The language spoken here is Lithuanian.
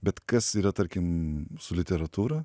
bet kas yra tarkim su literatūra